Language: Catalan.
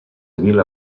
vila